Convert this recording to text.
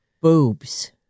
Boobs